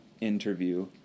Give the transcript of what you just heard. interview